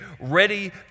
ready